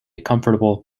comfortable